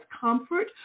comfort